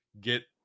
get